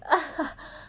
ah